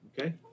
Okay